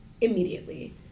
immediately